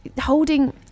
holding